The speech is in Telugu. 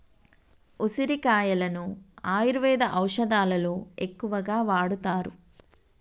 ఉసిరికాయలను ఆయుర్వేద ఔషదాలలో ఎక్కువగా వాడుతారు